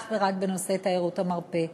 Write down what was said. אך ורק בנושא תיירות המרפא.